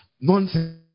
nonsense